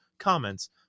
comments